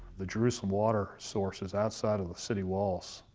the jerusalem water source is outside of the city walls,